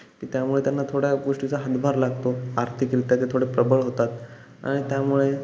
ते त्यामुळे त्यांना थोड्या गोष्टीचा हातभार लागतो आर्थिकरीत्या ते थोडे प्रबळ होतात आणि त्यामुळे